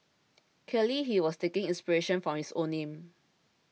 clearly he was taking inspiration from his own name